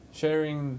sharing